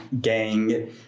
Gang